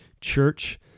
church